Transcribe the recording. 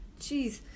jeez